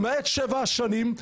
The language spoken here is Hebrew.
למעט שבע שנים,